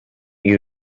you